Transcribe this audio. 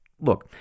look